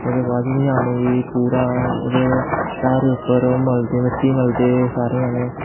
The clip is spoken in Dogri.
ओह्दे बाद च ञ्यानें गी पूरा ढारे पर ओह् मलदे मिट्टी मलदे सारे जनें